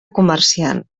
comerciant